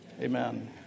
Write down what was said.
Amen